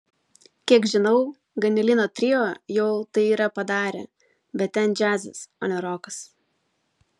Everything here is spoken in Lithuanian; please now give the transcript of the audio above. kiek žinau ganelino trio jau tai yra padarę bet ten džiazas o ne rokas